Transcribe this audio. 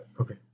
Okay